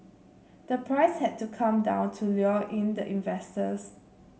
the price had to come down to lure in the investors